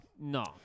No